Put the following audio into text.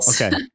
Okay